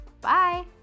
Bye